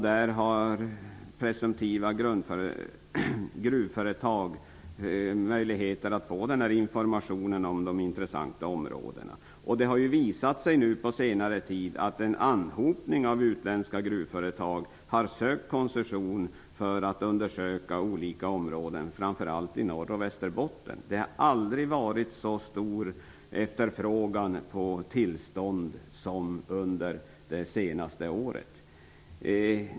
Där har presumtiva gruvföretag möjligheter att få information om de intressanta områdena. Det har på senare tid visat sig att en anhopning av utländska gruvföretag har sökt koncession för att undersöka olika områden, framför allt i Norrbotten och Västerbotten. Det har aldrig varit så stor efterfrågan på tillstånd som under det senaste året.